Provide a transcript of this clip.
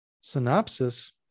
Synopsis